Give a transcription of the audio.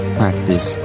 practice